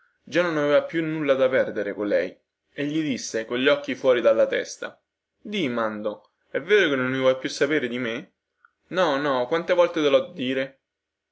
già non aveva più nulla da perdere colei e gli disse cogli occhi fuori della testa di mando è vero che non vuoi saperne più di me no no quante volte te lho a dire